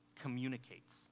communicates